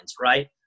right